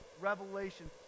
revelation